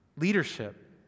Leadership